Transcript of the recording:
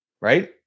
right